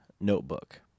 notebook